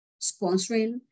sponsoring